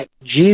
Jesus